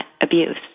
abuse